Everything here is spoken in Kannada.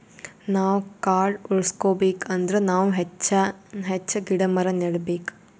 ನಾವ್ ಕಾಡ್ ಉಳ್ಸ್ಕೊಬೇಕ್ ಅಂದ್ರ ನಾವ್ ಹೆಚ್ಚಾನ್ ಹೆಚ್ಚ್ ಗಿಡ ಮರ ನೆಡಬೇಕ್